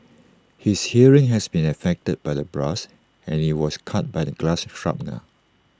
his hearing has been affected by the blast and he was cut by the glass shrapnel